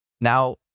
Now